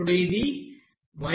ఇప్పుడు ఇది Yi - yi